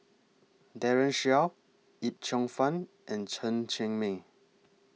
Daren Shiau Yip Cheong Fun and Chen Cheng Mei